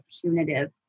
punitive